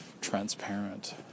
transparent